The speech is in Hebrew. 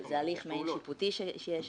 זה הליך מעין שיפוטי שיש שם.